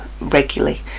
regularly